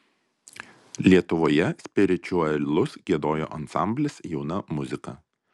lietuvoje spiričiuelus giedojo ansamblis jauna muzika